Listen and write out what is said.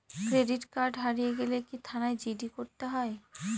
Credit card হারিয়ে গেলে কি থানায় জি.ডি করতে হয়?